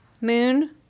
moon